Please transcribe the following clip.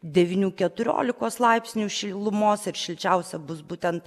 devynių keturiolikos laipsnių šilumos ir šilčiausia bus būtent